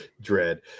Dread